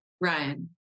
Ryan